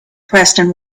preston